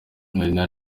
marina